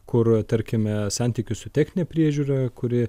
kur tarkime santykius su technine priežiūra kuri